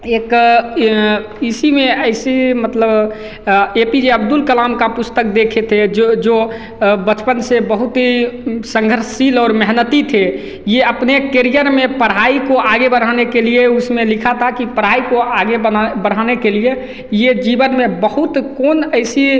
एक इसी में ऐसी मतलब A P J Abdul Kalam का पुस्तक देखे थे जो जो बचपन से बहुत ही संघर्षशील और मेहनती थे ये अपने केरियर में पढ़ाई को आगे बढ़ाने के लिए उसमें लिखा था कि पढ़ाई को आगे बना बढ़ाने के लिए ये जीवन में बहुत कौन ऐसी